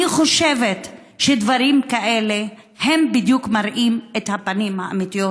אני חושבת שדברים כאלה בדיוק מראים את הפנים האמיתיות,